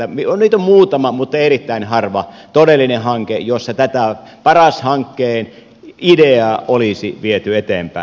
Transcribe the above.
on niitä muutama mutta erittäin harva todellinen hanke jossa tätä paras hankkeen ideaa olisi viety eteenpäin